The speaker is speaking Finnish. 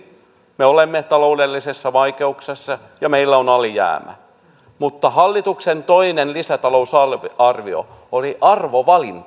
me olemme taloudellisissa vaikeuksissa ja meillä on alijäämä mutta hallituksen toinen lisätalousarvio oli arvovalinta